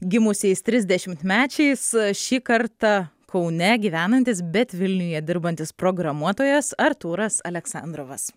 gimusiais trisdešimtmečiais šį kartą kaune gyvenantis bet vilniuje dirbantis programuotojas artūras aleksandrovas